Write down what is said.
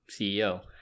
CEO